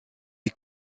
est